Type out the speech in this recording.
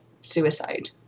suicide